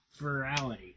virality